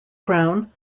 crown